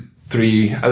three